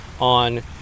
on